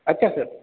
अच्छा सर